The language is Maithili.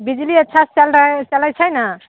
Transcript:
बिजली अच्छासँ चलि रहल चलैत छै ने